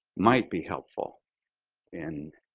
might be helpful in